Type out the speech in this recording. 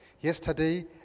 yesterday